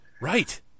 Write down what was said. right